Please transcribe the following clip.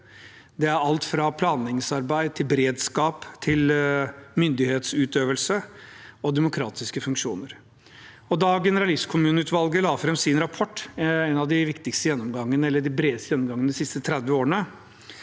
alt fra planleggingsarbeid til beredskap, til myndighetsutøvelse og demokratiske funksjoner. Da generalistkommuneutvalget la fram sin rapport – en av de bredeste gjennomgangene de siste 30 årene